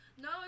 No